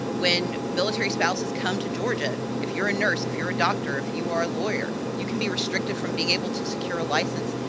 when military spouses come to georgia, if you're a nurse, if you're a doctor, if you're a lawyer, you can be restricted from being able to secure a license.